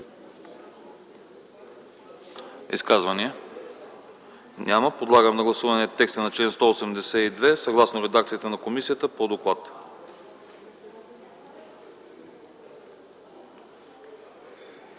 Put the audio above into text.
Изказвания? Няма. Подлагам на гласуване текста на чл. 184 съгласно редакцията на комисията по доклада.